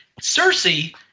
Cersei